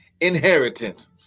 inheritance